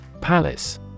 Palace